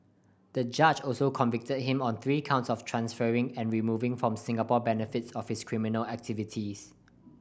the judge also convicted him on three counts of transferring and removing from Singapore benefits of his criminal activities